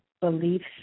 beliefs